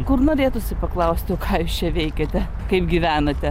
kur norėtųsi paklausti o ką jūs čia veikiate kaip gyvenate